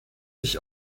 sich